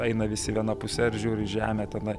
eina visi viena puse ir žiūri į žemę tenai